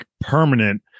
permanent